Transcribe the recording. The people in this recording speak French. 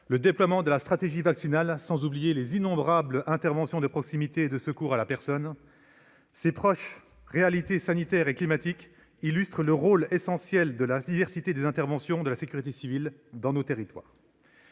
le déploiement de la stratégie vaccinale, sans oublier les innombrables interventions de proximité et de secours à la personne : ces proches réalités sanitaires et climatiques illustrent le rôle essentiel et la diversité des interventions de la sécurité civile dans nos territoires.